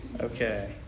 Okay